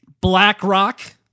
BlackRock